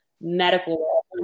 medical